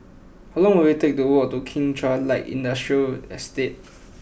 how long will it take to walk to Kim Chuan Light Industrial Estate